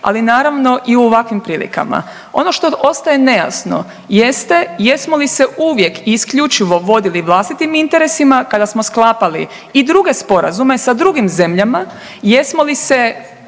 ali naravno i u ovakvim prilikama. Ono što ostaje nejasno jeste jesmo li se uvijek i isključivo vodili vlastitim interesima kada smo sklapali i druge sporazume sa drugim zemljama, jesmo li se